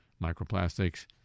Microplastics